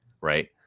right